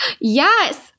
yes